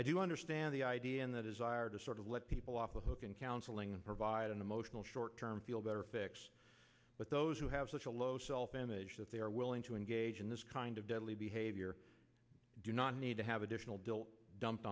i do understand the idea and that is why or to sort of let people off the hook in counseling and provide an emotional short term feel better fix but those who have such a low self image that they are willing to engage in this kind of deadly behavior do not need to have additional deal dumped